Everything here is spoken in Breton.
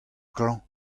klañv